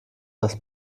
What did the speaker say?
dass